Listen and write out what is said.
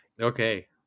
Okay